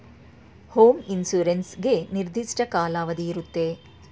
home insurance ಗೆ ನಿರ್ದಿಷ್ಟ ಕಾಲಾವಧಿ ಇರುತ್ತೆ